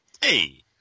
Hey